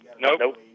Nope